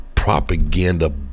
propaganda